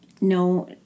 no